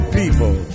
people